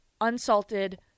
unsalted